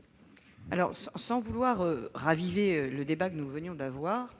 ? Sans vouloir raviver le débat que nous venons d'avoir,